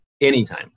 anytime